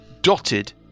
dotted